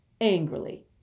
angrily